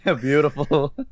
Beautiful